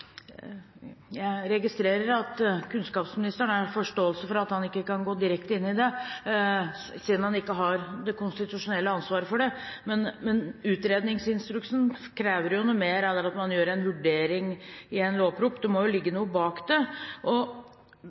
Jeg har forståelse for at kunnskapsministeren ikke kan gå direkte inn i dette, siden han ikke har det konstitusjonelle ansvaret for det. Men utredningsinstruksen krever noe mer enn at man foretar en vurdering i en lovproposisjon. Det må ligge noe bak det.